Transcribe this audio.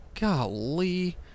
Golly